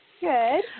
good